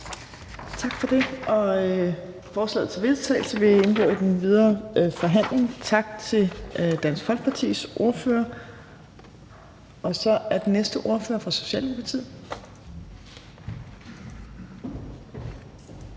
Tak for det. Forslaget til vedtagelse vil indgå i de videre forhandlinger. Tak til Dansk Folkepartis ordfører. Så er det den næste ordfører, som er fra Socialdemokratiet.